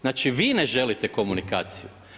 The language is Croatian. Znači vi ne želite komunikaciju.